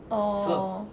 orh